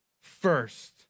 first